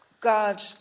God